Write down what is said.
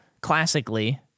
classically